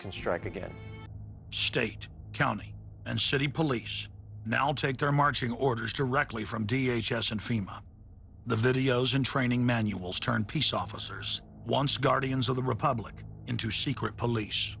can strike again state county and city police now take their marching orders directly from v h s and freema the videos and training manuals turn peace officers once guardians of the republic into secret police